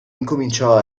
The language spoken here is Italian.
incominciò